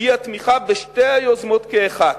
הביעה תמיכה בשתי היוזמות כאחת,